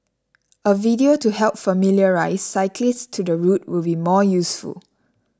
a video to help familiarise cyclists to the route will be more useful